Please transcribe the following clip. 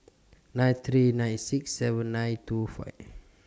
nine three nine six seven nine two five